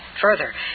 Further